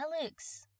Alex